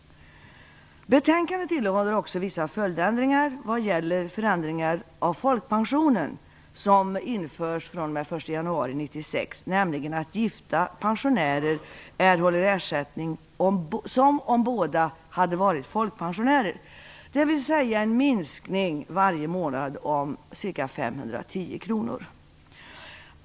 Betänkandet innehåller också vissa följdändringar vad gäller de förändringar av folkpensionen som införs den 1 januari 1996, nämligen att gifta pensionärer erhåller ersättning som om båda hade varit folkpensionärer, vilket innebär en minskning per månad av pensionen om ca 510 kr.